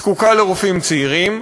זקוקה לרופאים צעירים,